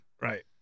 right